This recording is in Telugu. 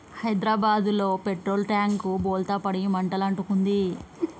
హైదరాబాదులో పెట్రోల్ ట్యాంకు బోల్తా పడి మంటలు అంటుకుంది